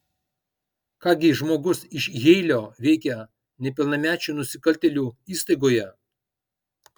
ką gi žmogus iš jeilio veikia nepilnamečių nusikaltėlių įstaigoje